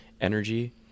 energy